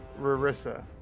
Rarissa